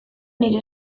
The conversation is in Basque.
nire